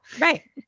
Right